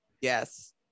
Yes